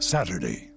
Saturday